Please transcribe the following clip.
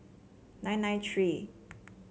nine nine three